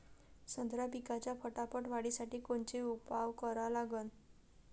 संत्रा पिकाच्या फटाफट वाढीसाठी कोनचे उपाव करा लागन?